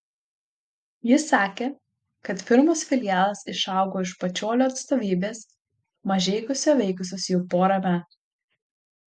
ji sakė kad firmos filialas išaugo iš pačiolio atstovybės mažeikiuose veikusios jau porą metų